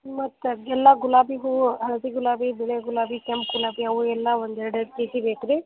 ಮತ್ತೆ ಎಲ್ಲ ಗುಲಾಬಿ ಹೂವು ಹಳದಿ ಗುಲಾಬಿ ಬಿಳಿ ಗುಲಾಬಿ ಕೆಂಪು ಗುಲಾಬಿ ಅವು ಎಲ್ಲ ಒಂದು ಎರಡೆರಡು ಕೆ ಜಿ ಬೇಕು ರೀ